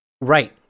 Right